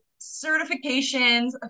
certifications